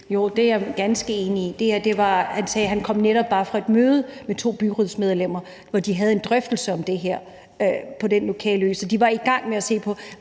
Jo, det er jeg ganske enig i. Det her var om en, der sagde, at han netop kom fra et møde med to byrådsmedlemmer, hvor de havde en drøftelse om det her på den lokale ø. Så de var i gang med at se på,